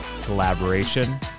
Collaboration